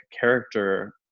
character